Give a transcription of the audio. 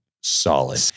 solid